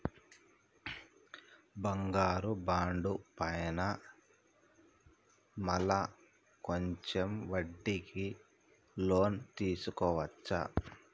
బంగారు బాండు పైన మళ్ళా కొంచెం వడ్డీకి లోన్ తీసుకోవచ్చా?